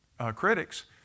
critics